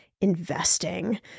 investing